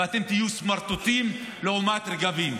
ואתם תהיו סמרטוטים לעומת רגבים.